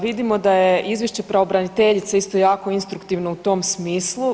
Vidimo da je izvješće pravobraniteljice isto jako instruktivno u tom smislu.